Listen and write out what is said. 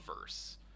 verse